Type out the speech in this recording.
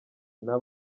nta